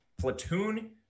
platoon